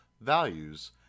values